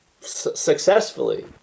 successfully